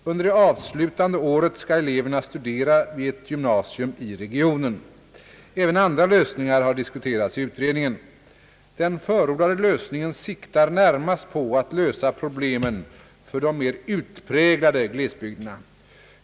Under det avslutande året skall eleverna studera vid ett gymnasium i regionen. Även andra lösningar har diskuterats i utredningen. Den förordade lösningen siktar närmast på att lösa problemen för de mer utpräglade glesbygderna.